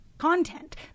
content